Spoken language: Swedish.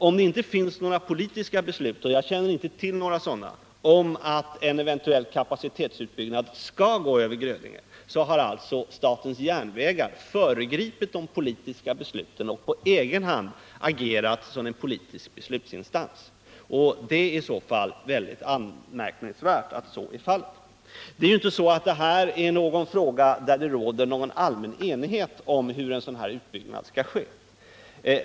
Om det inte finns några politiska beslut — och jag känner inte till några sådana — om att en eventuell kapacitetsutbyggnad skall gå över Grödinge har alltså statens järnvägar föregripit de politiska besluten och på egen hand agerat som en politisk beslutsinstans. Det är i så fall väldigt anmärkningsvärt. Det råder inte allmän enighet om hur den här utbyggnaden skall göras.